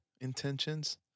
intentions